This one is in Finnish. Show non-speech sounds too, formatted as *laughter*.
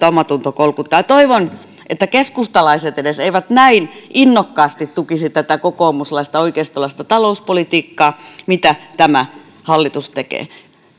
*unintelligible* omatunto kolkuttaa toivon että keskustalaiset edes eivät näin innokkaasti tukisi tätä kokoomuslaista oikeistolaista talouspolitiikkaa mitä tämä hallitus tekee